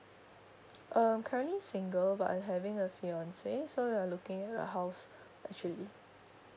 err currently single but I'm having a fiance so we are looking for a house actually